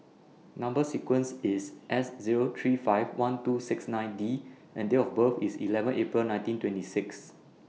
Number sequence IS S Zero three five one two six nine D and Date of birth IS eleven April nineteen twenty six